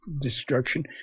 destruction